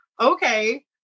okay